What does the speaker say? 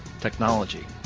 technology